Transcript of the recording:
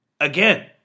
Again